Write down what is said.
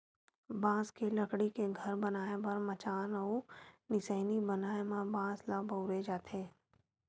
बांस के लकड़ी के घर बनाए बर मचान अउ निसइनी बनाए म बांस ल बउरे जाथे